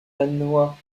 danois